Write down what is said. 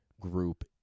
group